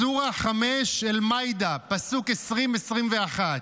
בסורה 5, אל-מאאידה, פסוק 20 21: